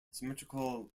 symmetrical